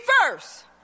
first